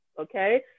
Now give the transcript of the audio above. Okay